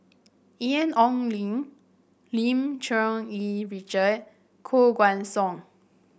Ian Ong Li Lim Cherng Yih Richard Koh Guan Song